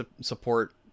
support